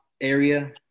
area